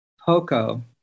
Poco